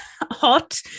hot